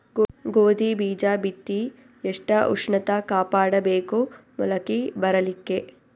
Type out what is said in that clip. ಗೋಧಿ ಬೀಜ ಬಿತ್ತಿ ಎಷ್ಟ ಉಷ್ಣತ ಕಾಪಾಡ ಬೇಕು ಮೊಲಕಿ ಬರಲಿಕ್ಕೆ?